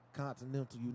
continental